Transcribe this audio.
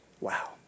Wow